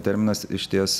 terminas išties